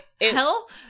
Hell